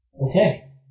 Okay